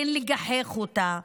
אין לגחך אותה,